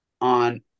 on